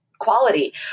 quality